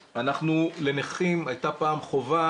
לנכים הייתה פעם חובה,